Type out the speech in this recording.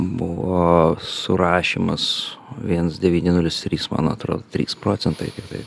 buvo surašymas viens devyni nulis trys man atrodo trys procentai tiktai